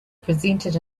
presented